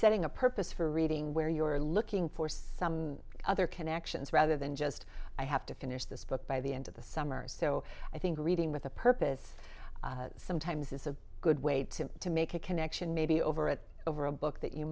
setting a purpose for reading where you are looking for some other connections rather than just i have to finish this book by the end of the summer so i think reading with a purpose sometimes is a good way to to make a connection maybe over it over a book that you